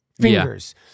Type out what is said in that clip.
fingers